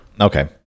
okay